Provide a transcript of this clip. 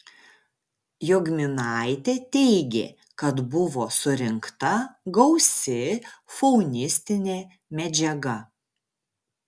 jogminaitė teigė kad buvo surinkta gausi faunistinė medžiaga